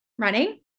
Running